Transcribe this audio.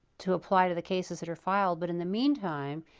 to apply to the cases that are filed. but in the meantime,